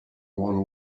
one